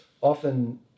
often